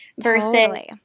versus